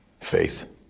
Faith